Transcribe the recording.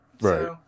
Right